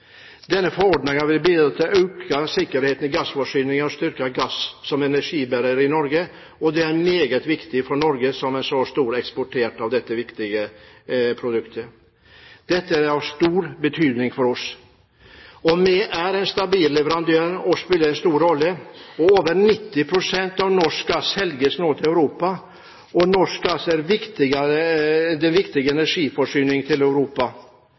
Denne forordningen vil bidra til å øke sikkerheten i gassforsyningen og styrke gass som energibærer i Europa. Det er meget viktig for Norge som er en så stor eksportør av dette viktige produktet. Dette er av stor betydning for oss. Vi er en stabil leverandør og spiller en stor rolle. Over 90 pst. av norsk gass selges nå til Europa. Norsk gass er en viktig energiforsyning til Europa.